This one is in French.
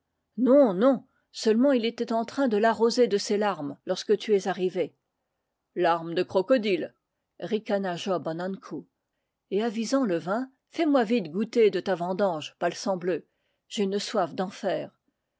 non non seulement il était en train de l'arroser de ses larmes lorsque tu es arrivé larmes de crocodile ricana job an ankou et avisant le vin fais-moi vite goûter de ta vendange palsambleu j'ai une soif